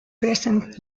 presents